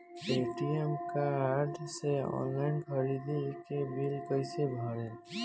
ATM card से online ख़रीदारी के बिल कईसे भरेम?